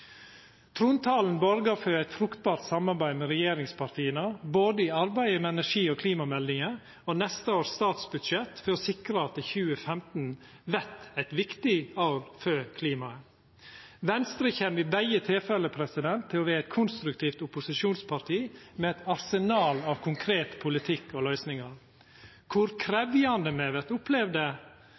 Trontalen borgar for eit fruktbart samarbeid med regjeringspartia, både i arbeidet med energi- og klimameldinga og neste års statsbudsjett, for å sikra at 2015 vert eit viktig år for klimaet. Venstre kjem i begge tilfelle til å vera eit konstruktivt opposisjonsparti, med eit arsenal av konkret politikk og løysingar. Kor krevjande me vert